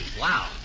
Wow